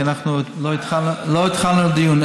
כי אנחנו עוד לא התחלנו דיון,